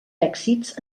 èxits